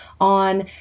on